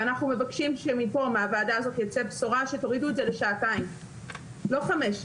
אנחנו מבקשים שמהוועדה הזאת תצא בשורה שתורידו את זה לשעתיים ולא חמש.